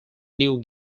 new